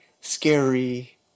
scary